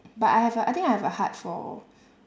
but I have a I think I have a heart for